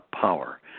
power